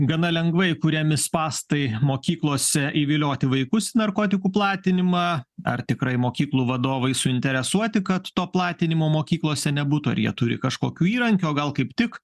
gana lengvai kuriami spąstai mokyklose įvilioti vaikus į narkotikų platinimą ar tikrai mokyklų vadovai suinteresuoti kad to platinimo mokyklose nebūtų ar jie turi kažkokių įrankių o gal kaip tik